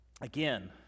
again